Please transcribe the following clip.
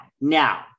Now